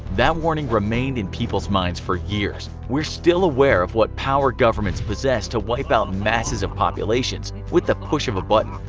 that warning remained in people's minds for years we are still aware of what power governments possess to wipe out masses of populations with the push of a button,